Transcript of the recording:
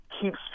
keeps